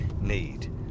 need